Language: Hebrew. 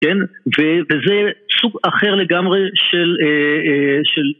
כן, וזה סוג אחר לגמרי של...